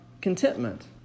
contentment